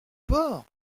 port